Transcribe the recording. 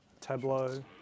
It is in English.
Tableau